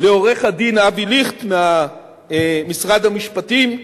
לעורך-דין אבי ליכט ממשרד המשפטים,